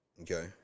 Okay